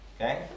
okay